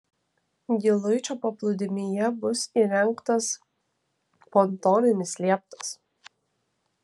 giluičio paplūdimyje bus įrengtas pontoninis lieptas